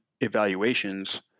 evaluations